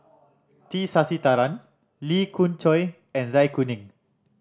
T Sasitharan Lee Khoon Choy and Zai Kuning